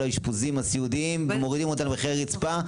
האשפוזיים הסיעודיים ומורידים או למחירי רצפה,